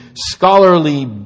scholarly